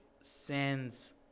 sends